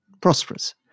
prosperous